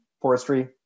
forestry